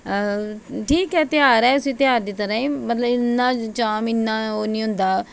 ठीक ऐ धेयार ऐ उसी धेयार दी तरह् ई पर चाम इन्ना ओह् निं होदा